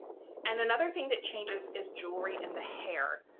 and another thing that changes is jewelry in the hair.